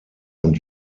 und